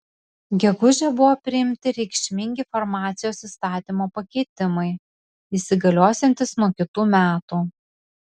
gegužę buvo priimti reikšmingi farmacijos įstatymo pakeitimai įsigaliosiantys nuo kitų metų